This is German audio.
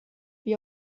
wie